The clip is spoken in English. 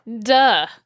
Duh